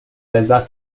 لذت